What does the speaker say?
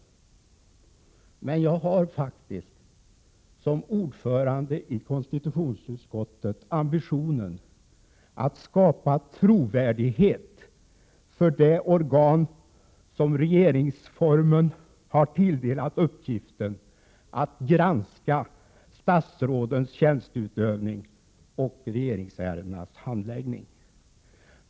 Men jag har faktiskt som ordförande i konstitutionsutskottet ambitionen att skapa trovärdighet för det organ som regeringsformen har tilldelat uppgiften att granska statsrådens tjänsteutövning och regeringsärendenas handläggning.